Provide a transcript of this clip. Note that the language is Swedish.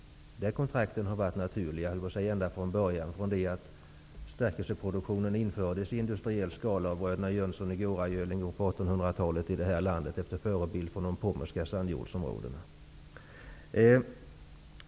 Dessa kontrakt har från början varit naturliga ända sedan stärkelseproduktionen infördes i industriell skala, dvs. när bröderna Jönsson i Gåragöl på 1800 talet startade produktionen i det här landet efter förebild av de pommerska sandjordsområdena.